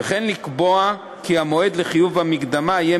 וכן לקבוע כי המועד לחיוב המקדמה יהיה